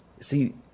See